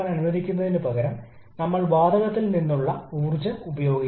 അതിനാൽ അറിയപ്പെടുന്ന വിവരങ്ങളാണ് ഇവ